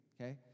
Okay